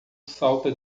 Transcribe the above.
salta